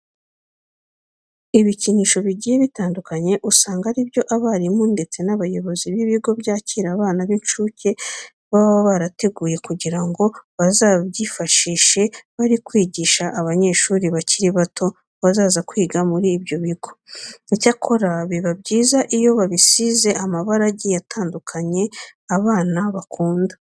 Ibikinisho bigiye bitandukanye usanga ari byo abarimu ndetse n'abayobozi b'ibigo byakira abana b'incuke baba barateguye kugira ngo bazabyifashishe bari kwigisha abanyeshuri bakiri bato bazaza kwiga muri ibyo bigo. Icyakora biba byiza iyo babisize amabara agiye atandukanye abana bakunda.